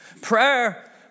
Prayer